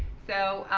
so,